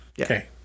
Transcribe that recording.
Okay